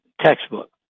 textbook